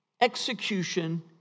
execution